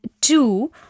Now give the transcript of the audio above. two